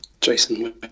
Jason